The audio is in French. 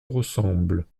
ressemblent